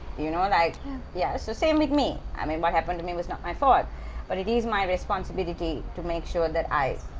you know. and yeah. so same with me. i mean what happened to me was not my fault but it is my responsibility to make sure that i,